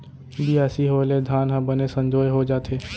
बियासी होय ले धान ह बने संजोए हो जाथे